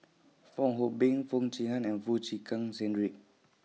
Fong Hoe Beng Foo Chee Han and Foo Chee Keng Cedric